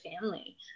family